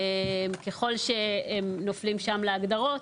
ככל שהם נופלים שם להגדרות,